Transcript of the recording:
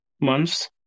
month's